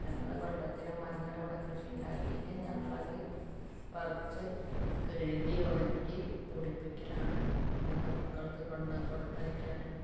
ഞങ്ങൾ കൊല്ലത്തിൽ മഞ്ഞൾ ഇവിടെ കൃഷി ഉണ്ടാക്കിയിട്ട് ഞങ്ങൾ അത് പറിച്ച് കഴുകി ഉണക്കി പൊടിപ്പിക്കലാണ് എന്നിട്ട് മക്കൾക്ക് കൊണ്ട് കൊടുത്തയക്കാനും